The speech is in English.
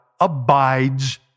abides